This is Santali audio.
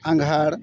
ᱟᱜᱷᱟᱲ